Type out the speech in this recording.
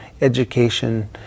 education